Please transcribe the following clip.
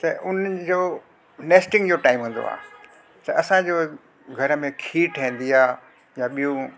त उन्हनि जो नेस्टिंग जो टाइम हूंदो आहे त असांजो घर में खीर ठहींदी आहे या ॿियूं